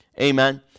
amen